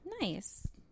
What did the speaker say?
Nice